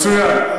מצוין.